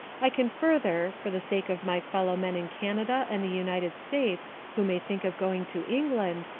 i can further, for the sake of my fellow-men in canada and the united states who may think of going to england,